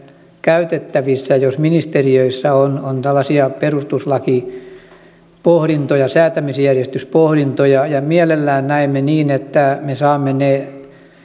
käytettävissä jos ministeriöissä on on tällaisia perustuslakipohdintoja säätämisjärjestyspohdintoja ja mielellämme näemme niin että me saamme